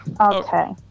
Okay